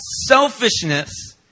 selfishness